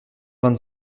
vingt